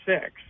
six